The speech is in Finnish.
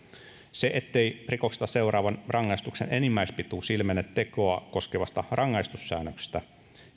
se ettei rikoksesta seuraavan rangaistuksen enimmäispituus ilmene tekoa koskevasta rangaistussäännöksestä